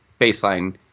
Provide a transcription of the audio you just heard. baseline